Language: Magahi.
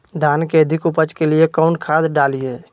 धान के अधिक उपज के लिए कौन खाद डालिय?